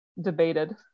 debated